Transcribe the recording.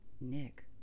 Nick